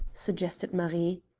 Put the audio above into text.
suggested marie.